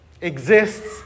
exists